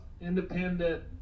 independent